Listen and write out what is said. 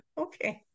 okay